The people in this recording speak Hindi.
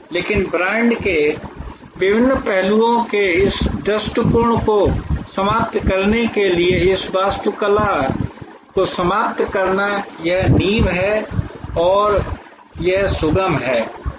लेकिन ब्रांड के विभिन्न पहलुओं के इस दृष्टिकोण को समाप्त करने के लिए इस वास्तुकला को समाप्त करना यह नींव है और यह सुगम है